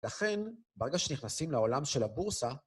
לכן, ברגע שנכנסים לעולם של הבורסה,